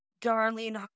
Darling